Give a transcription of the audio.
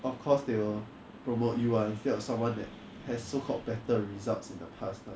of course they will promote you [one] instead of someone that has so called better results in the past